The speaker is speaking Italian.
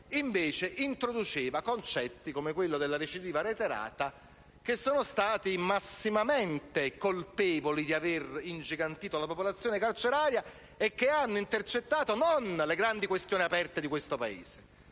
stesso, introduceva concetti, come quello della recidiva reiterata, che sono stati massimamente colpevoli di aver ingigantito la popolazione carceraria e che hanno intercettato non le grandi questioni aperte di questo Paese,